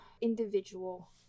individual